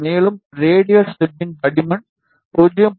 மேலும் ரேடியல் ஸ்டப்பின் தடிமன் 0